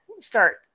start